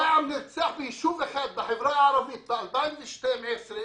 פעם נרצח מישהו בחברה הערבית, ב-2012,